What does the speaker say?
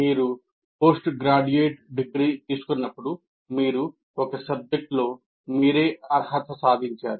మీరు post graduate degree తీసుకున్నప్పుడు మీరు ఒక సబ్జెక్టులో మీరే అర్హత సాధించారు